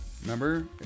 Remember